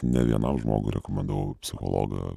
ne vienam žmogui yra manau psichologą